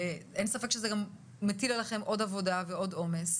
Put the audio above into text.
אין ספק שזה מטיל עליכם עוד עבודה ועוד עומס,